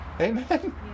amen